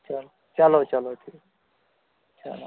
چلو چلو چلو ٹھیٖک چلو